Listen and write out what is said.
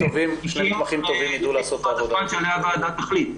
לפי תקופת הזמן שעליה הוועדה תחליט.